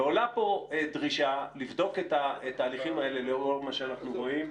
ועולה פה דרישה לבדוק את התהליכים האלה לאור מה שאנחנו רואים.